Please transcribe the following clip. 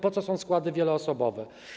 Po co są składy wieloosobowe?